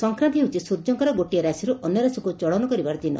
ସଂକ୍ରାନ୍ଡି ହେଉଛି ସ୍ର୍ଯ୍ୟଙ୍କର ଗୋଟିଏ ରାଶିର୍ ଅନ୍ୟ ରାଶିକ୍ ଚଳନ କରିବାର ଦିନ